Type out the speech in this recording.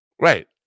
right